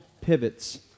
pivots